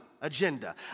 agenda